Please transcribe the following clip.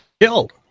killed